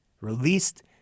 released